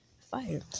fire